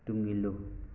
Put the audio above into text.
ꯇꯨꯡ ꯏꯜꯂꯨ